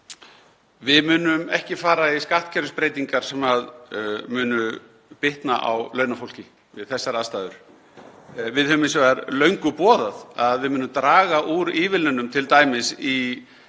Við munum ekki fara í skattkerfisbreytingar sem munu bitna á launafólki við þessar aðstæður. Við höfum hins vegar löngu boðað að við munum draga úr ívilnunum, t.d. í